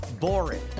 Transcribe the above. boring